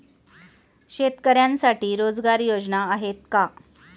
शेतकऱ्यांसाठी रोजगार योजना आहेत का?